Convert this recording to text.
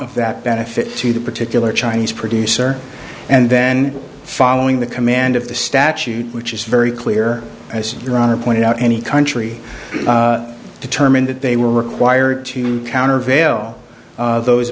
of that benefit to the particular chinese producer and then following the command of the statute which is very clear as your honor pointed out any country determined that they were required to countervail those